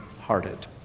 hearted